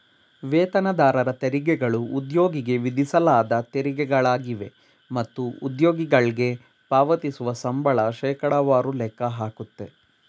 ವೇತನದಾರರ ತೆರಿಗೆಗಳು ಉದ್ಯೋಗಿಗೆ ವಿಧಿಸಲಾದ ತೆರಿಗೆಗಳಾಗಿವೆ ಮತ್ತು ಉದ್ಯೋಗಿಗಳ್ಗೆ ಪಾವತಿಸುವ ಸಂಬಳ ಶೇಕಡವಾರು ಲೆಕ್ಕ ಹಾಕುತ್ತೆ